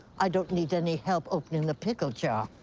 i don't need any help opening the pickle jar.